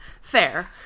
fair